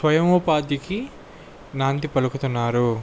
స్వయం ఉపాధికి నాంది పలుకుతున్నారు